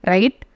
Right